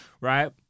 Right